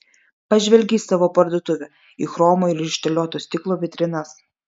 pažvelgė į savo parduotuvę į chromo ir išterlioto stiklo vitrinas